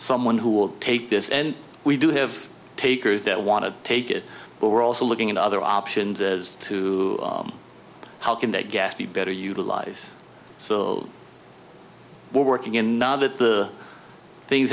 someone who will take this and we do have takers that want to take it but we're also looking at other options as to how can that gas be better utilized so we're working in now that the things